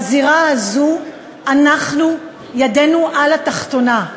ובזירה הזו ידנו על התחתונה.